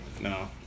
No